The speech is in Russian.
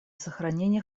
сохранения